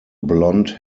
blonde